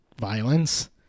violence